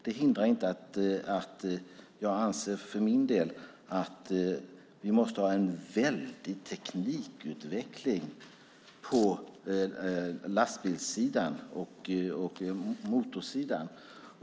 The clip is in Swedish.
Det hindrar inte att jag för min del anser att vi måste ha en stor teknikutveckling på lastbilssidan och motorsidan.